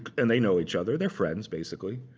and they know each other. their friends, basically.